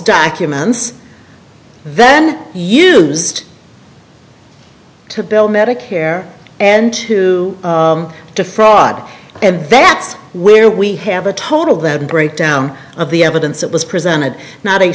documents then used to build medicare and to defraud and that's where we have a total that breakdown of the evidence that was presented not a